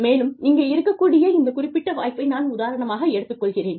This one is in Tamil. மேலும் இங்கே இருக்கக்கூடிய இந்த குறிப்பிட்ட வாய்ப்பை நான் உதாரணமாக எடுத்துக் கொள்கிறேன்